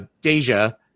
Deja